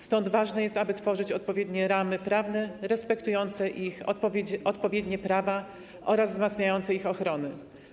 Stąd ważne jest, aby tworzyć odpowiednie ramy prawne respektujące ich odpowiednie prawa oraz wzmacniające ich ochronę.